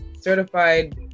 certified